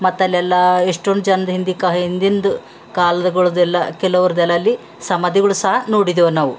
ಮತ್ತಲ್ಲೆಲ್ಲ ಎಷ್ಟೊಂದು ಜನದ ಹಿಂದಕ್ಕ ಹಿಂದಿಂದು ಕಾಲಗಳದ್ದೆಲ್ಲ ಕೆಲವ್ರದ್ದೆಲ್ಲ ಅಲ್ಲಿ ಸಮಾಧಿಗಳು ಸಹ ನೋಡಿದೆವು ನಾವು